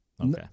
Okay